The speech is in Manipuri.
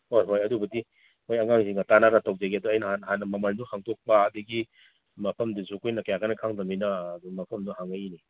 ꯍꯣꯏ ꯍꯣꯏ ꯑꯗꯨꯕꯨꯗꯤ ꯍꯣꯏ ꯑꯉꯥꯡꯁꯤꯡꯒ ꯇꯥꯅꯔ ꯇꯧꯖꯒꯦ ꯑꯗꯣ ꯑꯩꯅ ꯍꯥꯟꯅ ꯃꯃꯜꯗꯨ ꯍꯪꯗꯣꯛꯄ ꯑꯗꯒꯤ ꯃꯐꯝꯗꯨꯁꯨ ꯑꯩꯈꯣꯏꯅ ꯀꯌꯥ ꯀꯟꯅ ꯈꯪꯗꯕꯅꯤꯅ ꯑꯗꯨꯝ ꯃꯐꯝꯗꯣ ꯍꯪꯉꯛꯏꯅꯤ